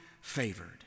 favored